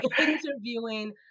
interviewing